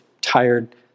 tired